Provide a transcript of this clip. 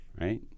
right